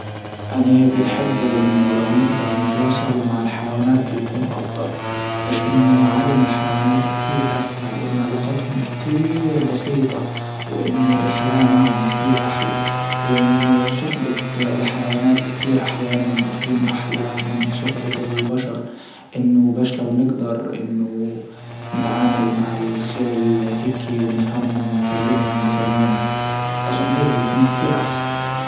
انا بنحبه انه لو نجدر نتواصل مع الحيوانات بيكون افضل بس انه عالم الحيوانات كتير اسهل وان علاقاتهم كتير بسيطة وانه الحياة معهم كتير احلى وانه صحبة الحيوانات كتير احيانا بتكون احلى من صحبة البشر انه باش لو نقدر انه نتعامل مع الخيل هيكي ونفهمهم ونكلمهم ويكلمونا اظن هيك بيكون كتير احسن.